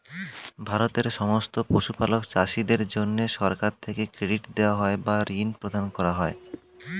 ভারতের সমস্ত পশুপালক চাষীদের জন্যে সরকার থেকে ক্রেডিট দেওয়া হয় বা ঋণ প্রদান করা হয়